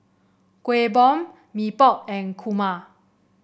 Kueh Bom Mee Pok and kurma